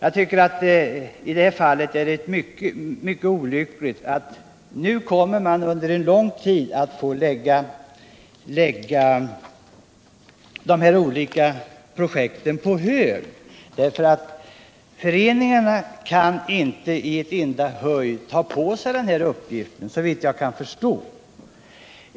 I det här fallet är det mycket olyckligt eftersom man under lång tid kommer att få lägga de olika projekten på hög. Föreningarna kan nämligen inte i ett enda huj ta på sig den här uppgiften, såvitt jag kan förstå.